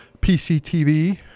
pctv